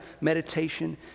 meditation